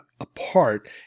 apart